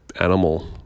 animal